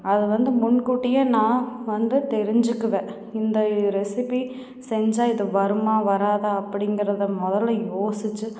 அது வந்து முன் கூட்டியே நான் வந்து தெரிஞ்சிக்குவேன் இந்த ரெசிபி செஞ்சால் இது வருமா வராதா அப்பிடிங்கிறதை முதல்ல யோசிச்சு